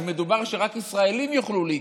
אז מדובר שרק ישראלים יוכלו להיכנס,